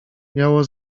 miało